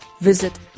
Visit